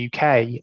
UK